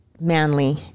manly